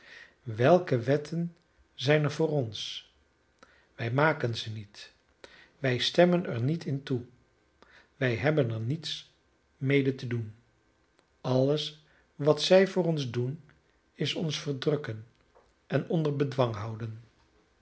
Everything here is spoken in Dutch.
welke wetten zijn er voor ons wij maken ze niet wij stemmen er niet in toe wij hebben er niets mede te doen alles wat zij voor ons doen is ons verdrukken en onder bedwang houden